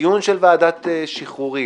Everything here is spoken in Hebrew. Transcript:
דיון של ועדת שחרורים,